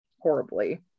horribly